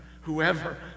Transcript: Whoever